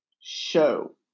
show